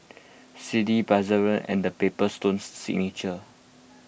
Sealy Bakerzin and the Paper Stone Signature